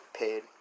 paid